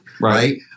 right